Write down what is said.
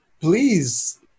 please